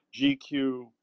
GQ